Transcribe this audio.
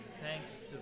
thanks